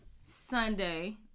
Sunday